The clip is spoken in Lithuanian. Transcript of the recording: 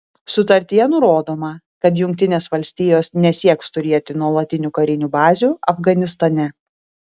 sutartyje nurodoma kad jungtinės valstijos nesieks turėti nuolatinių karinių bazių afganistane